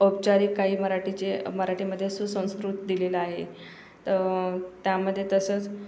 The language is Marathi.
औपचारिक काही मराठीचे मराठीमध्ये सुसंस्कृत दिलेलं आहे तर त्यामध्ये तसंच